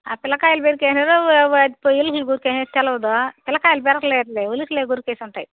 ఆ పిల్లకాయలు పెరికేసినారో ఎలుకలు కొరికేసినాయో తెలవదూ పిలకాయలు పెరకలేదులే ఎలుకలే కొరికేసి ఉంటాయి